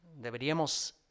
Deberíamos